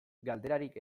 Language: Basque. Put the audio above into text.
galderarik